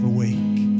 awake